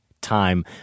time